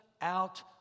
out